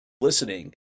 listening